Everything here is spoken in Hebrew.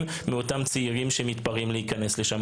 מאותם צעירים שמתפרעים להיכנס לשם.